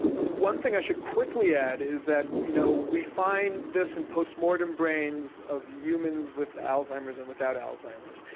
one thing i should quickly add is that you know we find this in post-mortem brains of humans with alzheimer's and without alzheimer's.